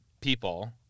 people